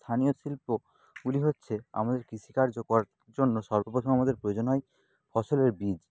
স্থানীয় শিল্পগুলি হচ্ছে আমাদের কৃষিকার্য জন্য সর্বপ্রথম আমাদের প্রয়োজন হয় ফসলের বীজ